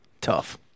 Tough